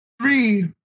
Three